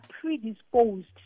predisposed